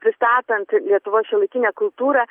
pristatant lietuvos šiuolaikinę kultūrą